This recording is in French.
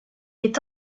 est